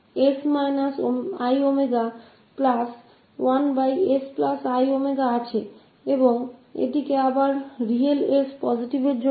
तो हमारे पास है 1 s iw1 siw और यह वैद्य है रियल पॉजिटिव s के लिए